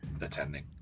attending